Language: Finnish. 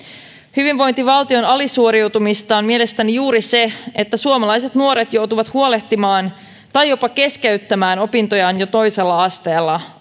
hyvinvointivaltion alisuoriutumista on mielestäni juuri se että suomalaiset nuoret joutuvat huolehtimaan tai jopa keskeyttämään opintojaan jo toisella asteella